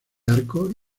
arcos